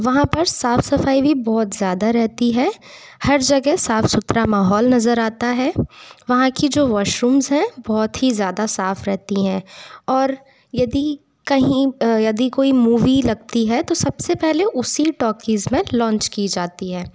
वहाँ पर साफ सफाई भी बहुत ज़्यादा रहती है हर जगह साफ सुथरा माहौल नजर आता है वहाँ की जो वोशरुम है बहुत ही ज़्यादा साफ रहती है और यदि कहीं यदि कोई मुवी लगती है तो सबसे पहले उसी टोकीज में लॉच की जाती है